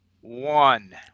one